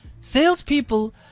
Salespeople